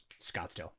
Scottsdale